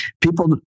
People